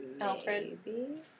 Alfred